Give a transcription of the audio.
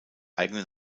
eigenen